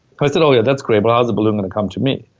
i said, oh yeah, that's great. but how's the balloon gonna come to me?